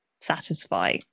satisfy